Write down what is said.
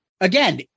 again